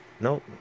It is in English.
Nope